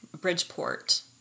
Bridgeport